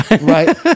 Right